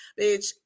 bitch